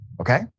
okay